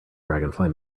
dragonfly